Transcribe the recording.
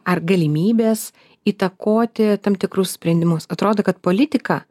ar galimybės įtakoti tam tikrus sprendimus atrodo kad politika